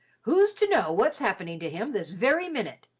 who's to know what's happening to him this very minute?